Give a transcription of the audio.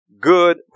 good